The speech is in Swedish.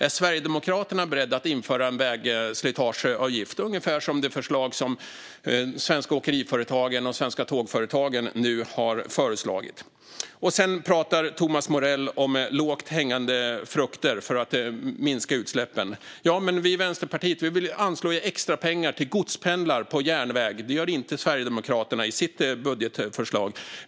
Är Sverigedemokraterna beredda att införa en vägslitageavgift, ungefär som det förslag som de svenska åkeriföretagen och svenska tågföretagen har lagt fram? Thomas Morell pratar om lågt hängande frukter för att minska utsläppen. Vi i Vänsterpartiet anslår extra pengar till godspendlar på järnväg. Det gör inte Sverigedemokraterna i sitt budgetförslag.